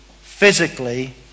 physically